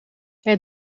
het